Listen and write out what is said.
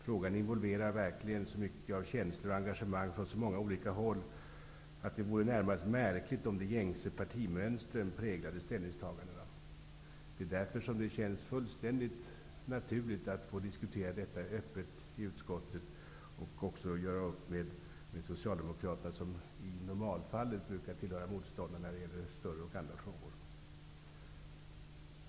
Frågan involverar verkligen så mycket av känslor och engagemang från så många olika håll att det närmast vore märkligt om de gängse partimönstren präglade ställningstagandena. Därför känns det fullständigt naturligt att få diskutera detta öppet i utskottet, och även att få göra upp med Socialdemokraterna, som i normalfallet i många frågor brukar höra till våra motståndare.